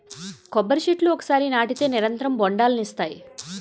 కొబ్బరి చెట్లు ఒకసారి నాటితే నిరంతరం బొండాలనిస్తాయి